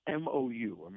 MOU